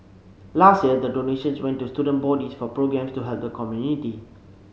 last year the donations went to student bodies for programmes to help the community